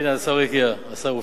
הנה, השר הגיע, השר הופיע.